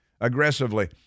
Aggressively